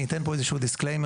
אני אתן פה איזשהו משפט,